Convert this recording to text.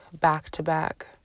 back-to-back